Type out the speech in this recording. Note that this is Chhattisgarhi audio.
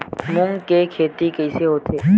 मूंग के खेती कइसे होथे?